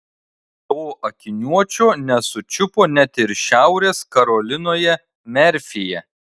to akiniuočio nesučiupo net ir šiaurės karolinoje merfyje